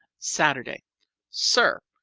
saturday sir,